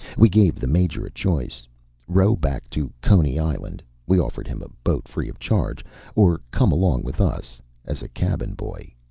we gave the major a choice row back to coney island we offered him a boat, free of charge or come along with us as cabin boy.